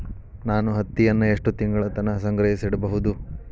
ನಾನು ಹತ್ತಿಯನ್ನ ಎಷ್ಟು ತಿಂಗಳತನ ಸಂಗ್ರಹಿಸಿಡಬಹುದು?